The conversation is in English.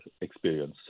experience